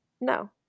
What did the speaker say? No